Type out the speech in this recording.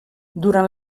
durant